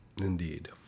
Indeed